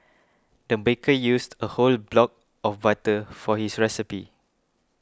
the baker used a whole block of butter for his recipe